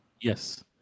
Yes